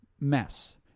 mess